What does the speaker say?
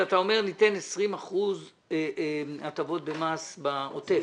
אתה אומר שתתנו 20 אחוזים הטבות במס בעוטף.